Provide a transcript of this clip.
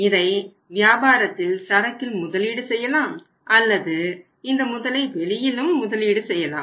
இதை வியாபாரத்தில் சரக்கில் முதலீடு செய்யலாம் அல்லது இந்த முதலை வெளியிலும் முதலீடு செய்யலாம்